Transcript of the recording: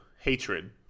hatred